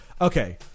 Okay